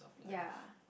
ya